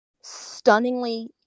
stunningly